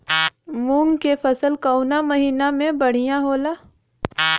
मुँग के फसल कउना महिना में बढ़ियां होला?